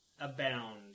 abound